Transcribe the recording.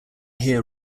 here